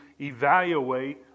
evaluate